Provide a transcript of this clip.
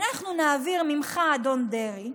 אנחנו נעביר ממך, אדון דרעי,